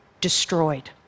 destroyed